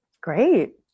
Great